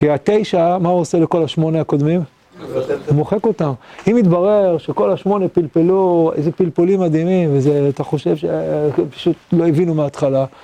כי ה-9, מה הוא עושה לכל ה-8 הקודמים? הוא מוחק אותם. אם יתברר שכל ה-8 פלפלו איזה פלפולים מדהימים, וזה אתה חושב שפשוט לא הבינו מההתחלה.